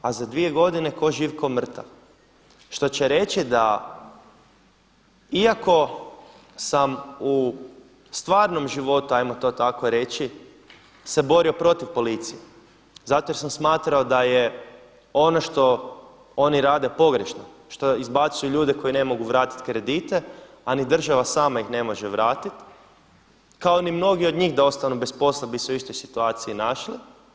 A za dvije godine tko živ, tko mrtav, što će reći da iako sam u stvarnom životu hajmo to tako reći se borio protiv policije zato jer sam smatrao da je ono što oni rade pogrešno, što izbacuju ljude koji ne mogu vratiti kredite, a ni država sama ih ne može vratiti kao ni mnogi od njih da ostanu bez posla bi se u istoj situaciji našli.